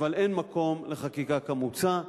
אבל אין מקום לחקיקה כמוצא.